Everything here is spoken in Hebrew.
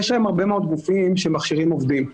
יש היום הרבה מאוד גופים שמכשירים עובדים.